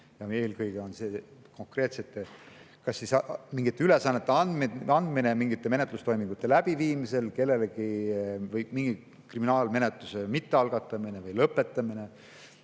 Eelkõige on see mingite konkreetsete ülesannete andmine mingite menetlustoimingute läbiviimisel kellelegi või mingi kriminaalmenetluse mittealgatamine või lõpetamine